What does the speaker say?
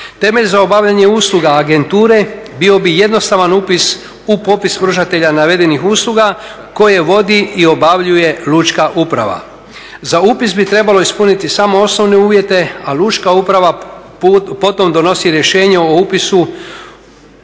Temelj za obavljanje usluga agenture bio bi jednostavan upis u popis pružatelja navedenih usluga koje vodi i obavlja lučka uprava? Za upis bi trebalo ispuniti samo osnovne uvjete, a lučka uprava potom donosi rješenje o upisu